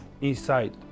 inside